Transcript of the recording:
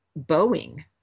Boeing